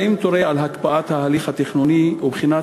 האם תורה על הקפאת ההליך התכנוני ובחינת